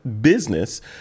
business